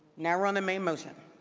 now we're on the main motion.